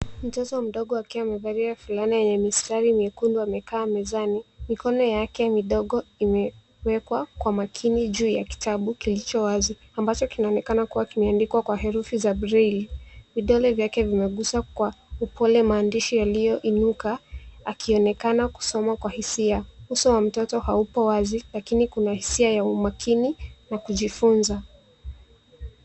Mtoto mdogo akiwa amevalia fulana yenye mistari miekundu amekaa mezani. Mikono yake midogo imewekwa kwa makini juu ya kitabu kilicho wazi, ambacho kinaonekana kuwa kimeandikwa kwa herufi za breli. Vidole vimegusa kwa upole maandishi yaliyoinuka, akionekana kusoma kwa hisia. Uso wa mtoto haupo wazi, lakini kuna hisia ya umakini na kujifunza.